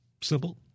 Simple